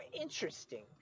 interesting